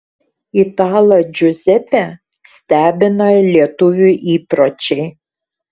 italą džiuzepę stebina lietuvių įpročiai